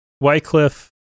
Wycliffe